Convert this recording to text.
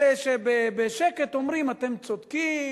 אלה שבשקט אומרים: אתם צודקים,